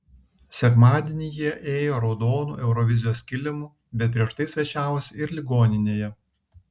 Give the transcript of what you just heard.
sekmadienį jie ėjo raudonu eurovizijos kilimu bet prieš tai svečiavosi ir ligoninėje